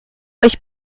euch